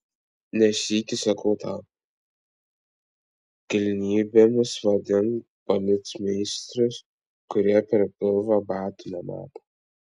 ne sykį sakiau tau kilnybėmis vadink policmeisterius kurie per pilvą batų nemato